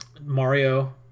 mario